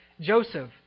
Joseph